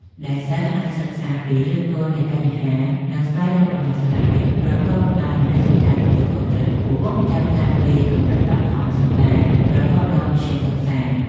ដែលសិស្សអាចសិក្សាពីឫសគល់នៃបញ្ហា និងស្វែងរកដំណោះស្រាយប្រកបដោយមនសិការទទួលខុសត្រូវខ្ពស់ ចាប់តាំងពីកម្រិតបឋមសិក្សារហូតដល់មធ្យមសិក្សា។